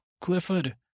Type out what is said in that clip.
Clifford